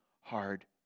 hard